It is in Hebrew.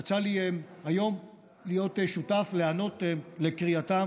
יצא לי היום להיות שותף, לענות לקריאתה